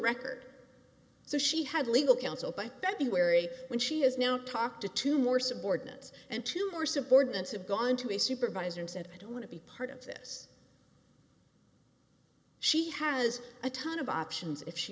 record so she had legal counsel by february when she has now talked to two more subordinates and two more subordinates have gone to a supervisor and said i don't want to be part of this she has a ton of options if she